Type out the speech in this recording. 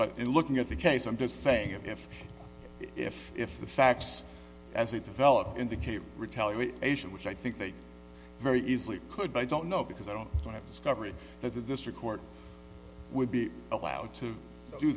but in looking at the case i'm just saying if if if the facts as they develop indicate retaliation which i think they very easily could i don't know because i don't want to discovery that the district court would be allowed to do